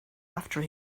after